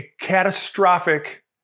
catastrophic